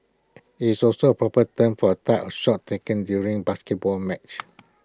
IT is also proper term for A type of shot taken during A basketball match